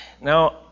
now